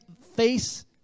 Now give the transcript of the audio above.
face